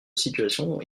situations